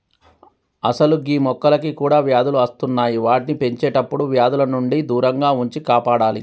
అసలు గీ మొక్కలకి కూడా వ్యాధులు అస్తున్నాయి వాటిని పెంచేటప్పుడు వ్యాధుల నుండి దూరంగా ఉంచి కాపాడాలి